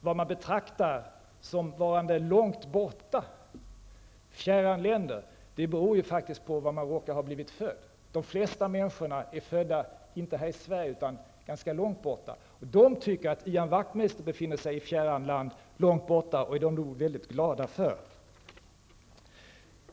Vad man betraktar som varande långt borta, som fjärran länder, beror faktiskt på var man råkar ha blivit född. De flesta människor är inte födda här i Sverige utan ganska långt borta. De tycker att Ian Wachtmeister befinner sig i fjärran land långt borta, och det är de nog väldigt glada för.